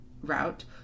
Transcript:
route